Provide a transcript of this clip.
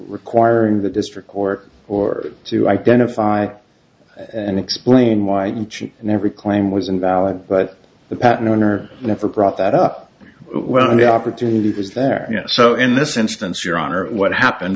requiring the district court or to identify and explain why and every claim was invalid but the patent owner never brought that up when the opportunity was there so in this instance your honor what happened